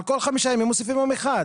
על כל חמישה ימים מוסיפים יום אחד.